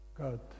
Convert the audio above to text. God